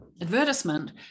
advertisement